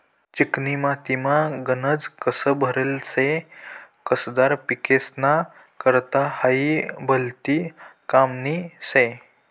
चिकनी मातीमा गनज कस भरेल शे, कसदार पिकेस्ना करता हायी भलती कामनी शे